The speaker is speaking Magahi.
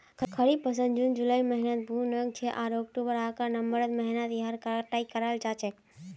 खरीफ फसल जून जुलाइर महीनात बु न छेक आर अक्टूबर आकर नवंबरेर महीनात यहार कटाई कराल जा छेक